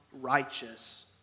righteous